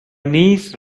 niece